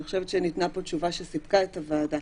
אני חושבת שניתנה פה תשובה שסיפקה את הוועדה